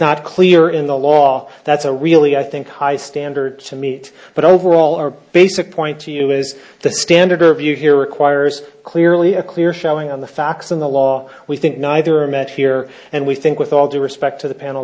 not clear in the law that's a really i think high standard to meet but overall our basic point to you is the standard her view here requires clearly a clear showing on the facts in the law we think neither met here and we think with all due respect to the panel